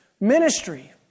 Ministry